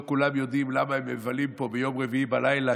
לא כולם יודעים למה הם מבלים פה ביום רביעי בלילה,